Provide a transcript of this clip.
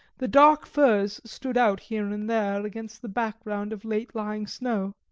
the dark firs stood out here and there against the background of late-lying snow.